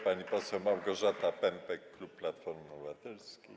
Pani poseł Małgorzata Pępek, klub Platformy Obywatelskiej.